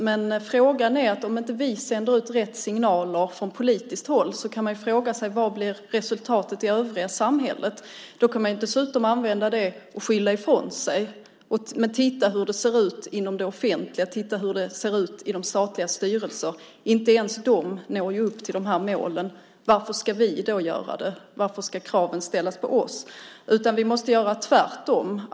Men om inte vi från politiskt håll sänder ut rätt signaler kan man fråga sig vad resultatet blir i övriga samhället. Då kan man dessutom använda det för att skylla ifrån sig: Men titta hur det ser ut inom det offentliga, titta hur det ser ut i de statliga styrelserna! Inte ens de når ju upp till de här målen! Varför ska vi då göra det? Varför ska kraven ställas på oss? Vi måste göra tvärtom.